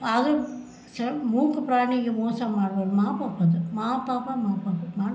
ಆದರು ಸರ್ ಮೂಕ ಪ್ರಾಣಿಗೆ ಮೋಸ ಮಾಡ್ಬಾರ್ದು ಮಹಾ ಪಾಪ ಅದು ಮಹಾ ಪಾಪ ಮಹಾ ಪಾಪ ಮಾಡಬಾರ್ದು